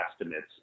estimates